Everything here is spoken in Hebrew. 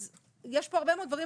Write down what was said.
אז יש פה הרבה מאוד דברים,